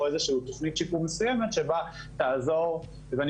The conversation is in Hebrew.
או איזושהי תוכנית שיקום מסוימת שבה תעזור ואני